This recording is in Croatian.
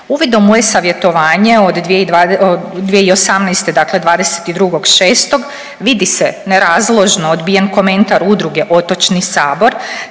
Uvidom u e-savjetovanje od 2018., dakle 22.6. vidi se nerazložno odbijen komentar Udruge Otočni sabor